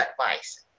advice